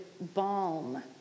balm